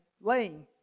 laying